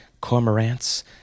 cormorants